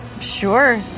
Sure